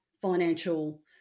financial